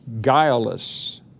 guileless